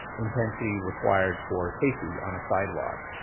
intensity required for safety on a sidewalk,